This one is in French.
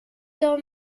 dans